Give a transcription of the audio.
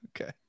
Okay